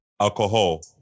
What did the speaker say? alcohol